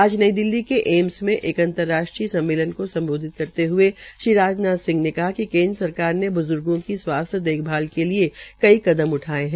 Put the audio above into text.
आज नई दिल्ली के एम्स मे एक अंतर्राष्ट्रीय सम्मेलन का सम्बोधित करते हुए श्री राजनाथ सिंह ने कहा कि केन्द्र सरकार ने ब्ज्र्गो की स्वास्थ्य देखभाल के लिए कई कदम उठाये है